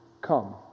come